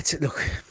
look